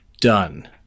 done